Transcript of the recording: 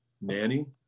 nanny